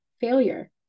failure